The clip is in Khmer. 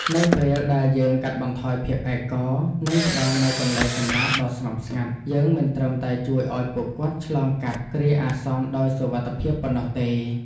នៅពេលដែលយើងកាត់បន្ថយភាពឯកោ និងផ្ដល់នូវកន្លែងសម្រាកដ៏ស្ងប់ស្ងាត់ យើងមិនត្រឹមតែជួយឱ្យពួកគាត់ឆ្លងកាត់គ្រាអាសន្នដោយសុវត្ថិភាពប៉ុណ្ណោះទេ។